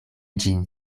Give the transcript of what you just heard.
ĝin